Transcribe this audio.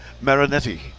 Marinetti